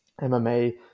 MMA